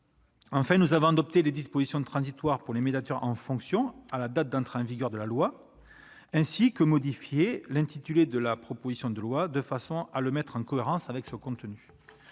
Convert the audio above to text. Enfin, nous avons adopté des dispositions transitoires pour les médiateurs en fonction à la date d'entrée en vigueur de la loi, et modifié l'intitulé de la proposition de loi, de façon à le mettre en cohérence avec son contenu.